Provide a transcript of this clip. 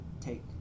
take